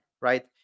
right